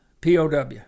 POW